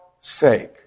sake